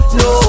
no